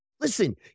Listen